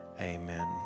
Amen